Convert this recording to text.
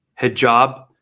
hijab